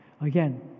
Again